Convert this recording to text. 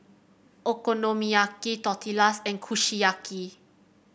Okonomiyaki Tortillas and Kushiyaki